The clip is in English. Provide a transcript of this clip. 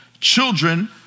Children